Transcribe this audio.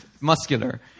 muscular